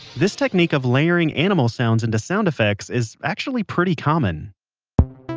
this technique of layering animal sounds into sound effects is actually pretty common